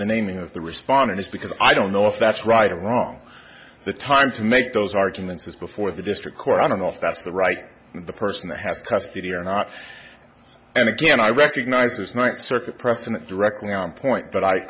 the naming of the respondent is because i don't know if that's right or wrong the time to make those arguments is before the district court i don't know if that's the right the person that has custody or not and again i recognize this ninth circuit precedent directly on point but i